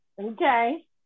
okay